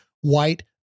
white